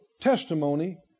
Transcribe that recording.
testimony